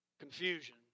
confusion